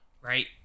right